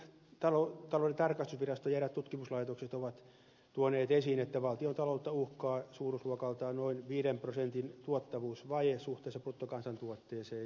valtiontalouden tarkastusvirasto ja eräät tut kimuslaitokset ovat tuoneet esiin että valtiontaloutta uhkaa suuruusluokaltaan noin viiden prosentin tuottavuusvaje suhteessa bruttokansantuotteeseen